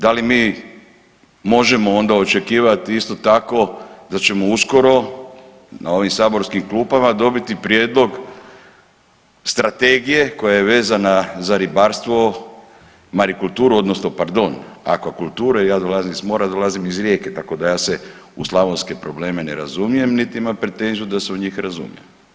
Da li mi možemo onda očekivati isto tako, da ćemo uskoro na ovim saborskim klupama dobiti prijedlog strategije koja je vezana za ribarstvo, marikulturu, odnosno pardon, akvakulturu jer ja dolazim iz mora, dolazim iz Rijeke, tako da ja se u slavonske probleme ne razumijem niti imam pretenziju da se u njih razumijem.